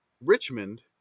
richmond